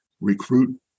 recruit